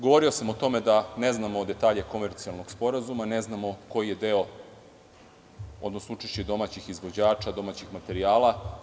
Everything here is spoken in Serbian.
Govorio sam o tome da ne znamo detalje komercijalnog sporazuma, ne znamo koji je deo, odnosno učešće domaćih izvođača, domaćih materijala.